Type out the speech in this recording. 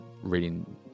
reading